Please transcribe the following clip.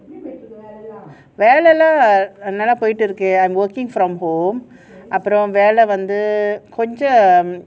வேலை எல்லாம் நல்ல போயிடு இருக்கு:velai ellam nalla poitu irukku I'm working from home அப்பறம் வேலை வந்து கொஞ்சம்:apram vela vanthu konjam